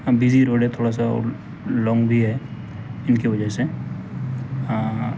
ہاں busy road ہے تھوڑا سا اور لانگ بھی ہے ان کے وجہ سے ہاں ہاں